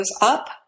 up